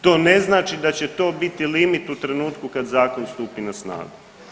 To ne znači da će to biti limit u trenutku kad zakon stupi na snagu.